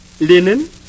linen